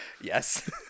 Yes